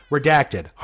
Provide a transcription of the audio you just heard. Redacted